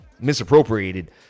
misappropriated